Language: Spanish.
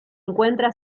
encuentra